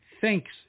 thanks